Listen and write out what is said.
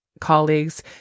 colleagues